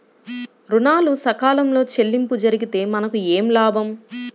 ఋణాలు సకాలంలో చెల్లింపు జరిగితే మనకు ఏమి లాభం?